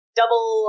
double